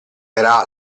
era